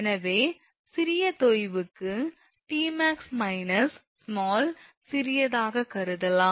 எனவே சிறிய தொய்வுக்கு 𝑇𝑚𝑎𝑥 − small சிறியதாகக் கருதலாம்